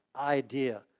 idea